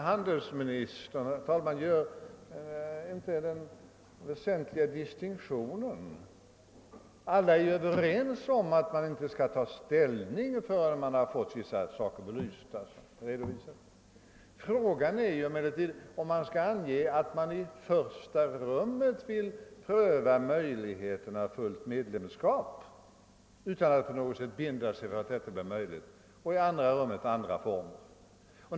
Herr talman! Jag tycker inte att handelsministern gör den väsentliga distinktionen. Alla är ju överens om att Sverige inte skall ta ställning förrän vi har fått vissa saker belysta och redovisade. Frågan är emellertid om regeringen skall ange att man i första hand vill pröva möjligheterna till fullt medlemskap med bevarad neutralitet utan att på något sätt i förväg binda sig för att detta blir möjligt, och i andra hand överväga andra former.